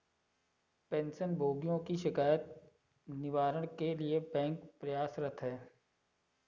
pension भोगियों की शिकायत निवारण के लिए बैंक प्रयासरत है